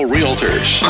Realtors